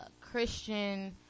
Christian